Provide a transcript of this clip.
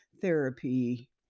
therapy